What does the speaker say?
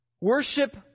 Worship